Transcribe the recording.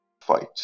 fight